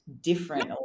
different